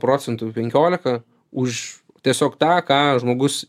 procentų penkiolika už tiesiog tą ką žmogus